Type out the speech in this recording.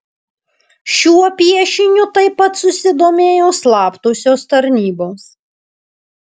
šiuo piešiniu taip pat susidomėjo slaptosios tarnybos